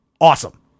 Awesome